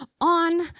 on